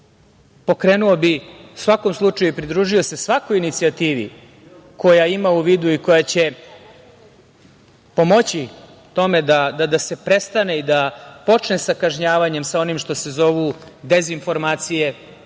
i pokrenuo bih, u svakom slučaju pridružio se svakoj inicijativi koja ima u vidu i koja će pomoći tome da se prestane i da počne sa kažnjavanjem sa onim što se zovu dezinformacije,